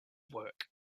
work